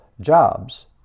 jobs